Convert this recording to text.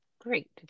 Great